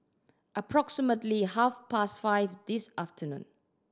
approximately half past five this afternoon